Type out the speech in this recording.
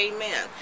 Amen